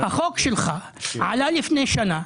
החוק שלך עלה לפני שנה,